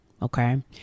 Okay